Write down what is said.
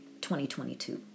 2022